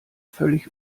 völlig